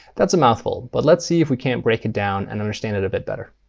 that's a mouthful. but let's see if we can't break it down and understand it a bit better.